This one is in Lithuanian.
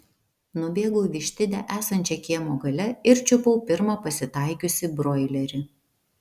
nubėgau į vištidę esančią kiemo gale ir čiupau pirmą pasitaikiusį broilerį